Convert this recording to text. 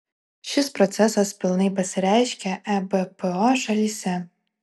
šis procesas pilnai pasireiškė ebpo šalyse